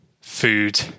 food